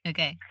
Okay